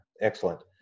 excellent